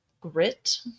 grit